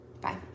Bye